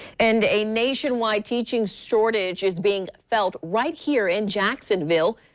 and a nationwide teaching shortage is being felt right here in jacksonville.